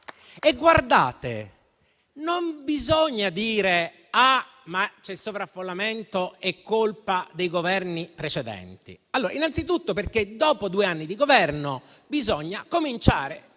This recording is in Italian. E, guardate, non bisogna dire «ah, c'è sovraffollamento, è colpa dei Governi precedenti», innanzitutto perché, dopo due anni di Governo, bisogna cominciare,